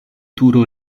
turo